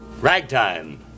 Ragtime